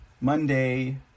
Monday